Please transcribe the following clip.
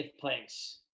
place